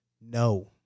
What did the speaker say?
No